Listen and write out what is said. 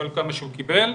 כל כמה שהוא קיבל,